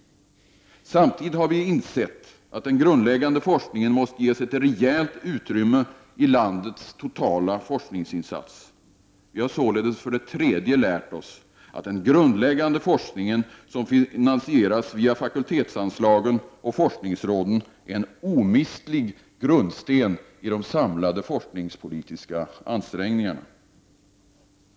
Samtidigt har vi insett att den grundläggande forskningen måste ges ett rejält utrymme i landets totala forskningsinsats. Vi har således för det tredje lärt oss att den grundläggande forskning som finansieras via fakultetsanslagen och forskningsråden är en omistlig grundsten i de samlade forskningspolitiska ansträngningarna.